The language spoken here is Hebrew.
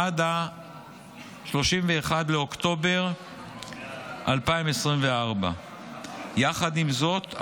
עד 31 באוקטובר 2024. עם זאת,